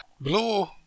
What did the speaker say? blue